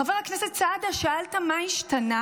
חבר הכנסת סעדה, שאלת מה השתנה.